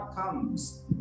comes